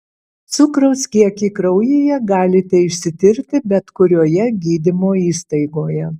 cukraus kiekį kraujyje galite išsitirti bet kurioje gydymo įstaigoje